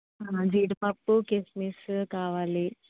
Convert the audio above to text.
జీడిపప్పు కిస్మిస్సు కావాలి